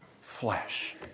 flesh